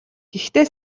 гэхдээ